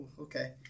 Okay